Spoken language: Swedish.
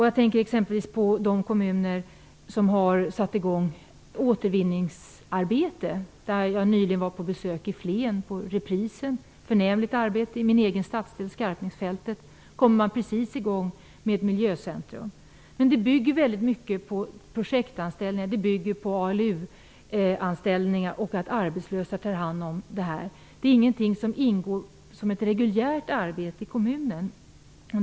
Jag tänker exempelvis på de kommuner som har påbörjat ett återvinningsarbete. Nyligen besökte jag Reprisen i Flen, där man gör ett förnämligt arbete. I min egen stadsdel Skarpnäcksfältet har man precis kommit i gång med ett miljöcentrum. Men verksamheten bygger väldigt mycket på projektanställningar, ALU-anställningar och att arbetslösa tar hand om detta. Det är inget som ingår som reguljärt arbete i kommunen.